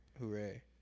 hooray